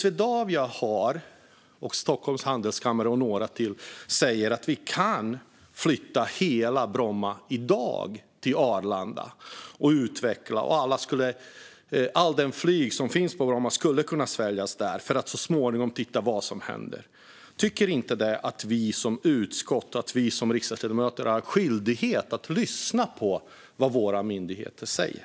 Swedavia, Stockholms Handelskammare och några till säger nu att vi i dag kan flytta hela Bromma till Arlanda och utveckla. Allt det flyg som finns på Bromma skulle kunna sväljas där, och man kan så småningom titta på vad som händer. Tycker inte ledamoten Jacobsson att vi som utskott och som riksdagsledamöter har en skyldighet att lyssna på vad våra myndigheter säger?